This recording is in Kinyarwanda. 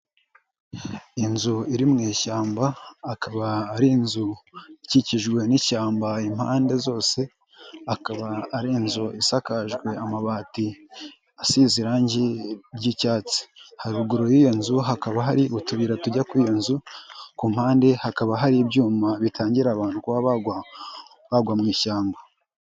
Inzu iri mu ishyamba akaba ari inzu ikikijwe n'ishyamba impande zose, akaba ari inzu isakajwe amabati asize irangi ry'icyatsi. Haruguru y'iyo nzu, hakaba hari utuyira tujya ku iyo nzu, ku mpande hakaba hari ibyuma bitangira bitangira abantu kuba bagwa mu ishyamba.